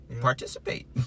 participate